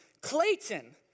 Clayton